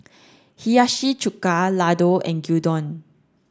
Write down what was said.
Hiyashi Chuka Ladoo and Gyudon